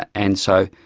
and so